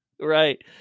right